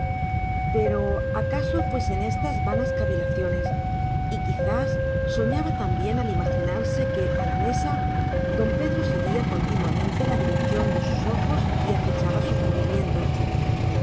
pero acaso fuesen éstas vanas cavilaciones y quizás soñaba también al imaginarse que a la mesa don pedro seguía continuamente la dirección de sus ojos y acechaba sus movimientos